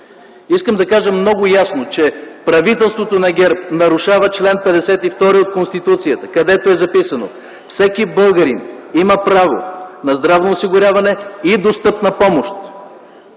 Искам да кажа много ясно, че правителството на ГЕРБ нарушава чл. 52 от Конституцията, където е записано: „Всеки българин има право на здравно осигуряване и достъпна помощ.”